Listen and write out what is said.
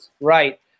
Right